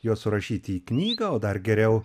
juos surašyti į knygą o dar geriau